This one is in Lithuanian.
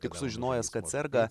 tik sužinojęs kad serga